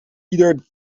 ieder